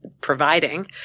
providing